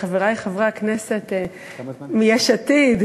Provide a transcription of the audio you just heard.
חברי חברי הכנסת מיש עתיד,